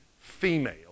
female